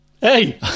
hey